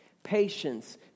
Patience